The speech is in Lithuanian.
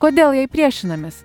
kodėl jai priešinamės